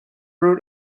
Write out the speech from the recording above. root